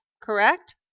correct